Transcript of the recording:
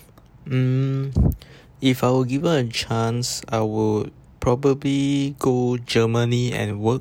um if I were given chance I would probably go germany and work